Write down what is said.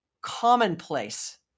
commonplace